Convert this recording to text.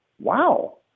wow